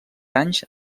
anys